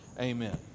Amen